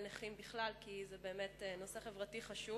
נכים בכלל כי זה באמת נושא חברתי חשוב,